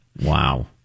Wow